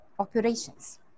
Operations